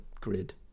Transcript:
grid